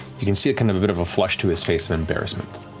you can see kind of a bit of a flush to his face of embarrassment.